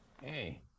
Hey